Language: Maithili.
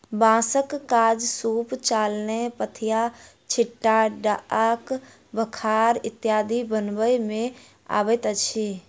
बाँसक काज सूप, चालैन, पथिया, छिट्टा, ढाक, बखार इत्यादि बनबय मे अबैत अछि